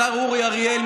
השר אורי אריאל,